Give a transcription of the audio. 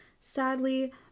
Sadly